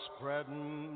Spreading